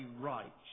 right